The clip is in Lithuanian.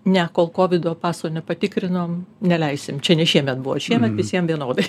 ne kol kovido paso nepatikrinom neleisim čia ne šiemet buvo šiemet visiem vienodai